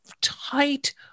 tight